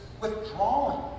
withdrawing